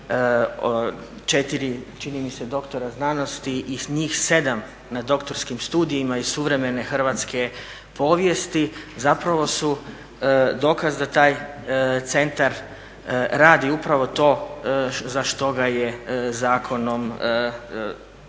4 čini mi se doktora znanosti i njih 7 na doktorskim studijima i suvremene hrvatske povijesti dokaz su da taj centar radi upravo to za što ga je zakonom osnivač